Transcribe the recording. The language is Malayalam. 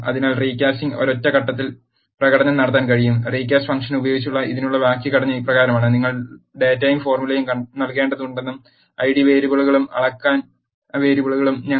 അതിനാൽ റീകാസ്റ്റിംഗ് ഒരൊറ്റ ഘട്ടത്തിൽ പ്രകടനം നടത്താൻ കഴിയും റീകാസ്റ്റ് ഫംഗ്ഷൻ ഉപയോഗിച്ച് ഇതിനുള്ള വാക്യഘടന ഇപ്രകാരമാണ് നിങ്ങൾ ഡാറ്റയും ഫോർമുലയും നൽകേണ്ടതുണ്ടെന്നും ഐഡി വേരിയബിളുകളും അളക്കൽ വേരിയബിളുകളും ഞങ്ങൾ നൽകണമെന്നും വീണ്ടും കണക്കാക്കുക